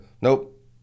nope